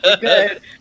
good